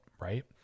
right